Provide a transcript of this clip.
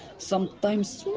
sometimes small,